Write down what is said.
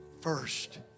first